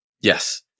Yes